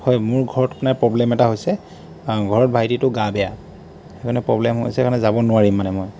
হয় মোৰ ঘৰত মানে প্ৰব্লেম এটা হৈছে ঘৰত ভাইটিটোৰ গা বেয়া সেইকাৰণে প্ৰব্লেম হৈছে কাৰণে যাব নোৱাৰিম মানে মই